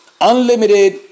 unlimited